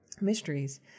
Mysteries